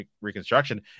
reconstruction